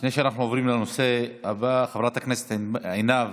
לפני שאנחנו עוברים לנושא הבא, חברת הכנסת עינב